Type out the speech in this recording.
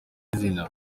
zina